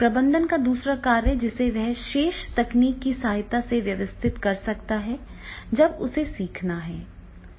प्रबंधन का दूसरा कार्य जिसे वह इस विशेष तकनीक की सहायता से व्यवस्थित कर सकता है जब उसे सीखना है